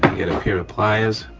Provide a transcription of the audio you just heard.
get pair of pliers,